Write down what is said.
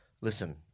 Listen